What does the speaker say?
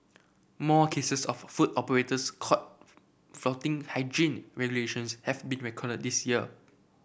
more cases of food operators caught flouting hygiene regulations have been recorded this year